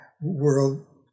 world